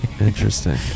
Interesting